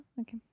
Okay